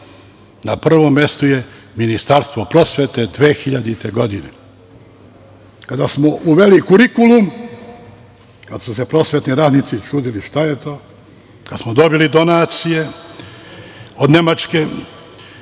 na prvom mestu je Ministarstvo prosvete 2000. godine kada smo uveli kurikulum, kad su se prosvetni radnici čudili šta je to, kad smo dobili donacije od Nemačke,